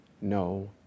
no